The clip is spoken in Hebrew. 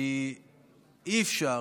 כי אי-אפשר